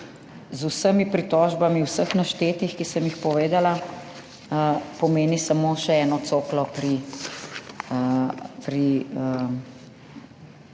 z vsemi pritožbami vseh naštetih, ki sem jih povedala, pomeni samo še eno coklo pri